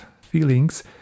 feelings